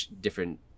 different